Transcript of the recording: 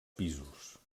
pisos